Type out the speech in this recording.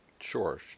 sure